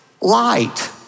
light